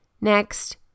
Next